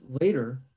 later